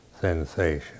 sensation